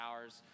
hours